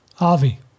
Avi